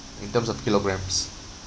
in terms of kilograms